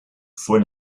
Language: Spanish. fue